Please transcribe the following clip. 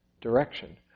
direction